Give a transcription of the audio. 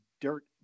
dirt